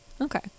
Okay